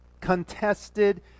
contested